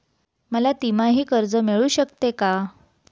मला तिमाही कर्ज मिळू शकते का?